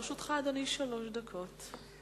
לרשותך, אדוני, שלוש דקות.